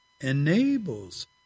enables